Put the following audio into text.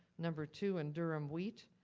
number two in durum wheat,